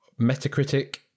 metacritic